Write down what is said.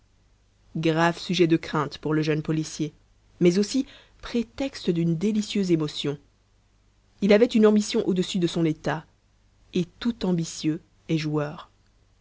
grave sujet de crainte pour le jeune policier mais aussi prétexte d'une délicieuse émotion il avait une ambition au-dessus de son état et tout ambitieux est joueur